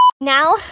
now